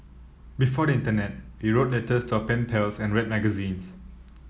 before the internet we wrote letters to our pen pals and read magazines